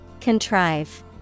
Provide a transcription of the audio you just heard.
Contrive